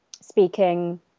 speaking